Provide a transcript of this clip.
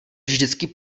vždycky